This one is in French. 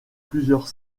plusieurs